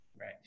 Right